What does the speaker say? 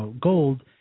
gold